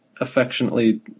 affectionately